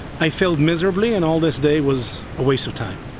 i'd feel miserably and all this day was a waste of time,